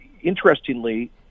interestingly